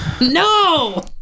No